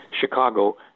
Chicago